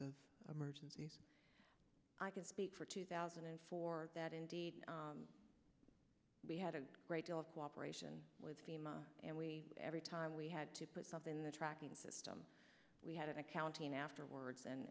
of emergencies i can speak for two thousand and four that indeed we had a great deal of cooperation and we every time we had to put something in the tracking system we had an accounting afterwards and